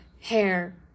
hair